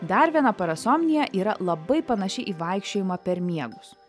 dar viena parasomnija yra labai panaši į vaikščiojimą per miegus